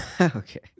Okay